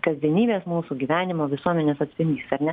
kasdienybės mūsų gyvenimo visuomenės atspindys ar ne